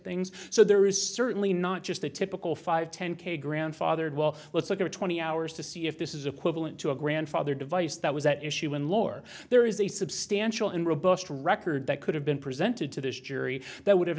things so there is certainly not just the typical five ten k grandfathered well let's look at twenty hours to see if this is equivalent to a grandfather device that was at issue and lower there is a substantial and robust record that could have been presented to this jury that would have